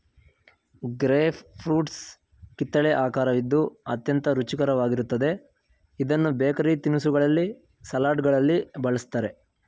grape fruits ಕಿತ್ತಲೆ ಆಕರವಿದ್ದು ಅತ್ಯಂತ ರುಚಿಕರವಾಗಿರುತ್ತದೆ ಇದನ್ನು ಬೇಕರಿ ತಿನಿಸುಗಳಲ್ಲಿ, ಸಲಡ್ಗಳಲ್ಲಿ ಬಳ್ಸತ್ತರೆ